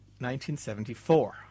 1974